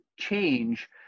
change